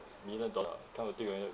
million dollar come to think of it